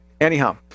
anyhow